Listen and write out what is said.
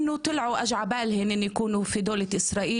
מוקלטות ומשודרות והפרוטוקול גם משודר,